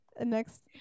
Next